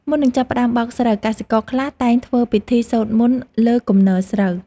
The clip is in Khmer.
មុននឹងចាប់ផ្តើមបោកស្រូវ កសិករខ្លះតែងធ្វើពិធីសូត្រមន្តលើគំនរស្រូវ។